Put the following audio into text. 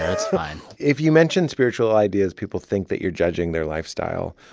it's fine if you mention spiritual ideas, people think that you're judging their lifestyle,